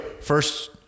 first